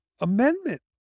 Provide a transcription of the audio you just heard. Amendment